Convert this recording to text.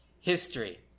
history